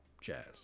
jazz